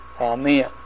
Amen